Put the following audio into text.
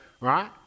right